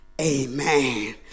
amen